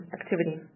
activity